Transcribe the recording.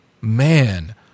man